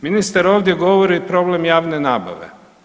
Ministar ovdje govori problem javne nabave.